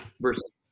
Versus